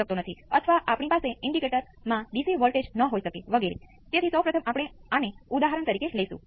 હું અહીં એક RC ફિલ્ટર રિસ્પોન્સના ભાગ ને જ ગણતરીમાં લઉં છું